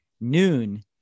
noon